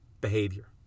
behavior